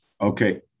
okay